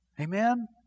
Amen